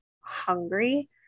hungry